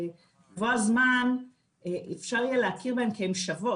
על מנת שבבוא הזמן אפשר יהיה להכיר בהן כי הן שוות.